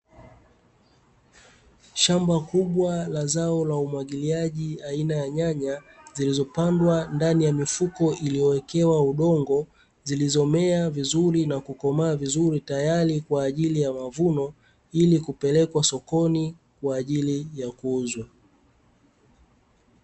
Shamba kubwa la zao la umwagiliaji aina ya nyanya zilizopandwa ndani ya mifuko iliyowekewa udongo zilizomea vizuri na kukomaa vizuri, tayari kwa ajili ya mavuno ili kupelekwa sokoni kwa ajili ya kuuzwa.